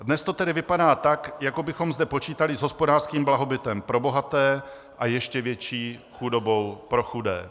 Dnes to tedy vypadá tak, jako bychom zde počítali s hospodářským blahobytem pro bohaté a ještě větší chudobou pro chudé.